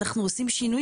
זה פשוט.